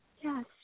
Yes